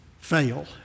fail